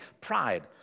pride